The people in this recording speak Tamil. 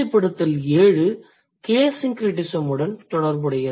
GEN 7 case syncretism உடன் தொடர்புடையது